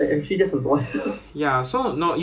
then 会有饭 then after that 是肉